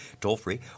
toll-free